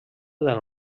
del